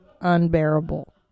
unbearable